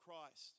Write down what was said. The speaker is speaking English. Christ